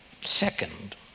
Second